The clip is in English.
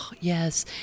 yes